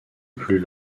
plus